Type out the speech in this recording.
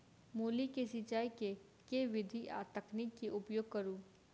मूली केँ सिचाई केँ के विधि आ तकनीक केँ उपयोग करू?